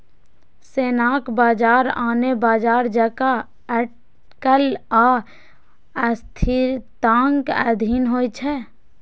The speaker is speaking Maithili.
सोनाक बाजार आने बाजार जकां अटकल आ अस्थिरताक अधीन होइ छै